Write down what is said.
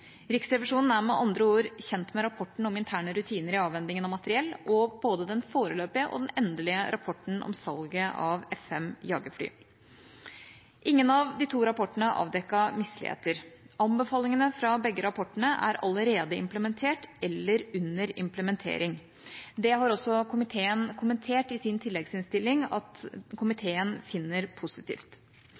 Riksrevisjonen er med andre ord kjent med rapporten om interne rutiner i avhendingen av materiell og både den foreløpige og den endelige rapporten om salget av F-5-jagerfly. Ingen av de to rapportene avdekket misligheter. Anbefalingene fra begge rapportene er allerede implementert eller under implementering. Komiteen har også kommentert i sin tilleggsinnstilling at komiteen finner det positivt.